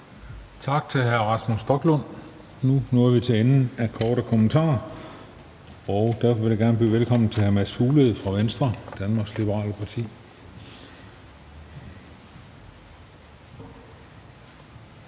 Tak til hr. Rasmus Stoklund. Nu nåede vi til enden af de korte bemærkninger, og derfor vil jeg gerne byde velkommen til hr. Mads Fuglede fra Venstre, Danmarks Liberale Parti.